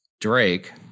Drake